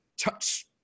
touch